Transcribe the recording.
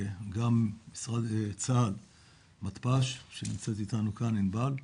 גם מתפ"ש, שנמצאת איתנו כאן ענבל.